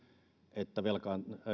että meillä on